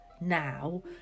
now